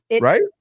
right